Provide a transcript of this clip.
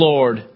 Lord